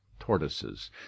tortoises